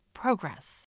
progress